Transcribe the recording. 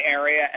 area